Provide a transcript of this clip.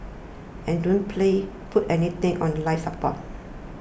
and don't play put anything on life support